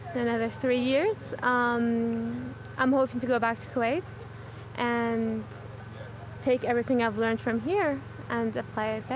another three years, um i'm hoping to go back to kuwait and take everything i've learned from here and apply it there